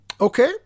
okay